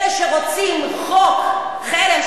אלה שרוצים חוק חרם,